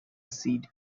seed